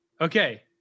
Okay